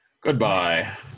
Goodbye